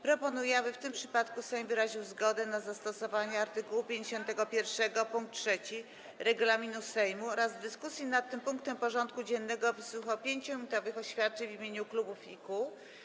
Proponuję, aby w tym przypadku Sejm wyraził zgodę na zastosowanie art. 51 pkt 3 regulaminu Sejmu oraz w dyskusji nad tym punktem porządku dziennego wysłuchał 5-minutowych oświadczeń w imieniu klubów i kół.